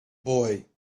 boy